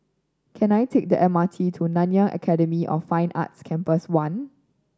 can I take the M R T to Nanyang Academy of Fine Arts Campus One